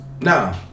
No